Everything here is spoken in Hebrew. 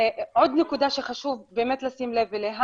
נקודה נוספת שיש לשים לב אליה